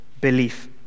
belief